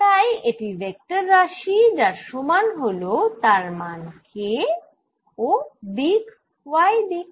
তাই এটি ভেক্টর রাশি যার সমান হল তার মান K ও দিক y দিক